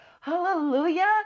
Hallelujah